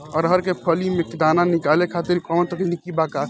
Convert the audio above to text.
अरहर के फली से दाना निकाले खातिर कवन तकनीक बा का?